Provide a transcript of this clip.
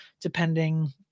depending